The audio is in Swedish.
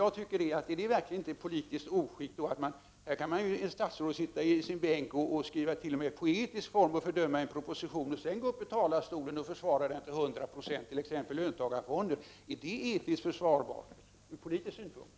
Jag tycker att det verkligen är ett politiskt oskick att ett statsråd kan sitta i sin bänk och skriva, t.o.m. i poetisk form, och fördöma en proposition och sedan gå upp i talarstolen och försvara den till hundra procent, t.ex. när det gäller löntagarfonderna. Är det etiskt försvarbart ur politisk synpunkt?